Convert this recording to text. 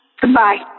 Goodbye